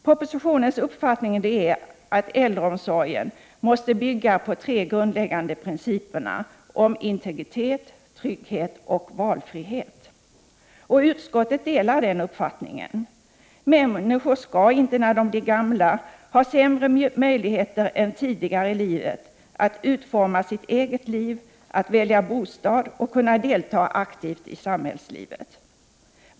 Propositionens uppfattning är att äldreomsorgen måste bygga på de tre grundläggande principerna om integritet, trygghet och valfrihet. Utskottet delar den uppfattningen. Människor skall inte, när de blir gamla, ha sämre möjligheter än tidigare i livet att utforma sitt eget liv, att välja bostad och att delta aktivt i samhällslivet.